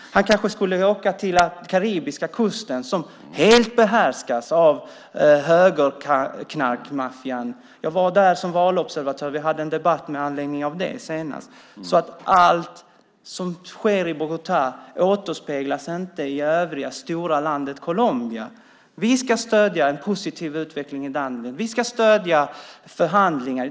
Han kanske även skulle åka till den karibiska kusten, som helt behärskas av högerknarkmaffian. Jag var där som valobservatör, och vi har haft en debatt med anledning av det. Allt som sker i Bogotá återspeglas inte i övriga delar av det stora landet Colombia. Vi ska stödja en positiv utveckling i landet. Vi ska stödja förhandlingar.